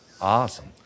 Awesome